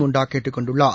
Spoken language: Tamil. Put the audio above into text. முண்டாகேட்டுக் கொண்டுள்ளார்